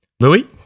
Louis